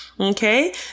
Okay